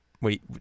Wait